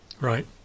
Right